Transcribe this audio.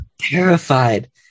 terrified